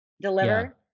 deliver